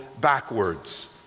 backwards